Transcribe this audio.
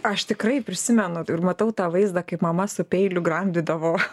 aš tikrai prisimenu ir matau tą vaizdą kaip mama su peiliu gramdydavo